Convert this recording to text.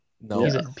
No